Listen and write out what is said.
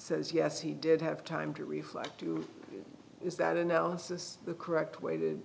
says yes he did have time to reflect is that analysis the correct way to